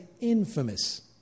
infamous